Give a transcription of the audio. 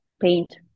paint